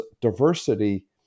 diversity